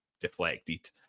deflected